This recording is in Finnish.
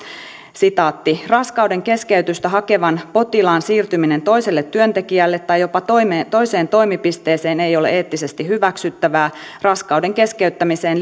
raskaudenkeskeytystä hakevan potilaan siirtäminen toiselle työntekijälle tai jopa toiseen toimipisteeseen ei ole eettisesti hyväksyttävää raskauden keskeyttämiseen